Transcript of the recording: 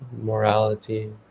morality